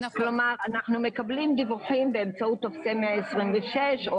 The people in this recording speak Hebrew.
אנחנו מקבלים דיווחים באמצעות טופסי 126 או